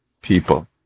people